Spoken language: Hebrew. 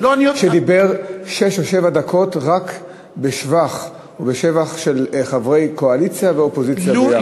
שדיבר שש או שבע דקות רק בשבחם של חברי קואליציה ואופוזיציה ביחד.